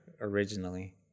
originally